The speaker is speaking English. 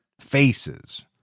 faces